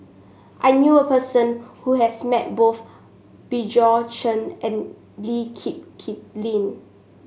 I knew a person who has met both Bjorn Shen and Lee Kip Kip Lin